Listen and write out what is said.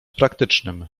praktycznym